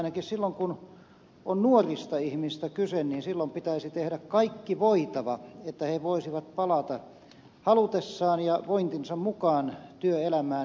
ainakin silloin kun nuorista ihmisistä on kyse pitäisi tehdä kaikki voitava että he voisivat halutessaan ja vointinsa mukaan palata työelämään